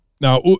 now